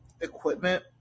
equipment